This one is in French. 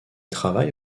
travaille